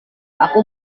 aku